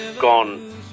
gone